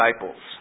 disciples